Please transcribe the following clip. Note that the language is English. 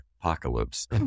apocalypse